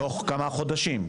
בתוך כמה חודשים.